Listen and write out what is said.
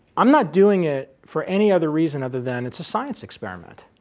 i'm not doing it for any other reason other than it's a science experiment.